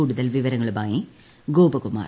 കൂടുതൽ വിവരങ്ങളു്മായി ഗോപകുമാർ